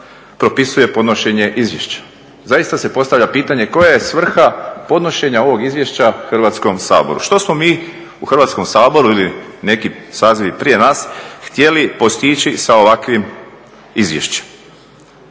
propisuje podnošenje izvješća. Zaista se postavlja pitanje koja je svrha podnošenja ovog izvješća Hrvatskom saboru? Što smo mi u Hrvatskom saboru ili neki sazivi prije nas htjeli postići sa ovakvim izvješćem?